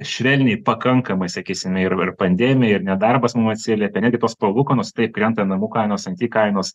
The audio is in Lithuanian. švelniai pakankamai sakysime ir ir pandemija ir nedarbas mum atsiliepė netgi tos palūkanos taip krenta namų kainos en ti kainos